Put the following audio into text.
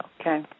Okay